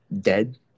dead